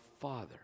Father